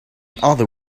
other